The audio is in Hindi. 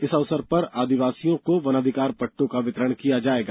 इस अवसर पर आदिवासियों को वनाधिकार पट्टों का वितरण किया जायेगा